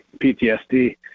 PTSD